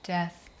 Death